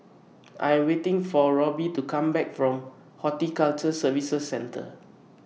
I Am waiting For Robbie to Come Back from Horticulture Services Centre